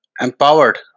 empowered